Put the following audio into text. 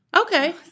Okay